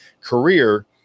career